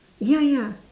ya ya